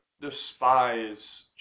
despise